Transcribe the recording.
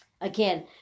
Again